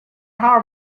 have